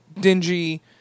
dingy